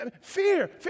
Fear